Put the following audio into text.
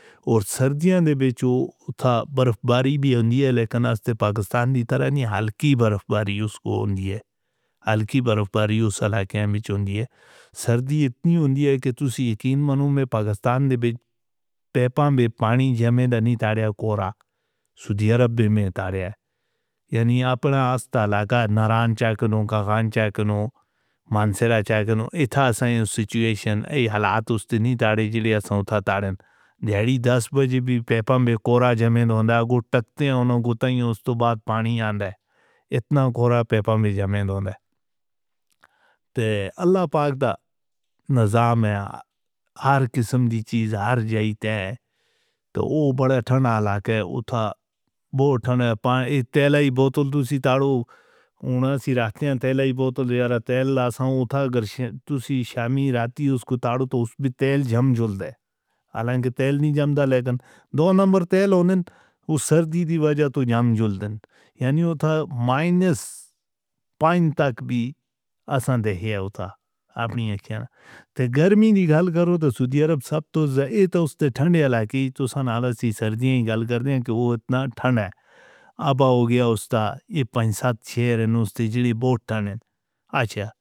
اور سردیاں نے بیچو تھا۔ برفباری بھی ہوتی ہے لیکن پاکستان کی طرح نہیں، ہلکی برفباری اوہ الکیاں بیچو ہوتی ہے۔ سردی اتنی ہوتی ہے کہ تولسی یقین منے، پاکستان نے بیپا بیپانی جمدنی تارِیاں کورا سُدی عرب میں۔ یعنی اپنا آستھالا کا نارائن چاکنوں کا کان، چاکنوں مانسیرا، چاکنوں ایتھاسا۔ صورت حال اوہ حالات، اُس سے نی تارے زِلیا سانٹھا تارے گھڑی ۱۰ بجے بھی پیپم کورا زمین ہوندا کو ٹھٹھکدے نیں۔ اُن کو تو بات پانی آ دے، اِتنا کورا پیپم۔ تے اللہ پاک دا نظام، ہر قسم دی چیز ہر جائی تے۔ تو اوہ بڑا ٹھنڈا کہ اُٹھا، وو اُٹھن ای تیلائی بوتل تو سی تارو۔ اب ہو گیا اُس دا اگر آئینے ساتھ چھے رے نو سِزری بوٹ ٹائم۔